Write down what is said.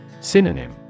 Synonym